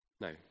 No